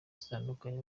zitandukanye